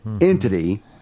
entity